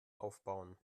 aufbauen